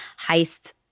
heist